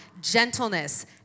Gentleness